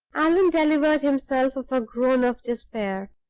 allan delivered himself of a groan of despair,